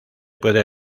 puede